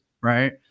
right